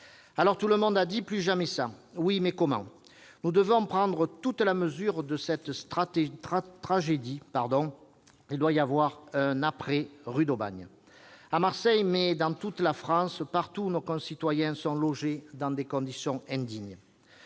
Tout le monde a dit :« Plus jamais ça !» Oui, mais comment ? Nous devons prendre toute la mesure de cette tragédie. Il doit y avoir un après-rue d'Aubagne, à Marseille, mais aussi dans toute la France, partout où nos concitoyens sont logés dans des conditions indignes.